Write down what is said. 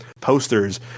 Posters